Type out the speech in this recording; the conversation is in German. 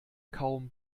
kaum